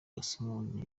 gasumuni